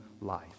life